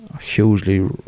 hugely